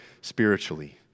spiritually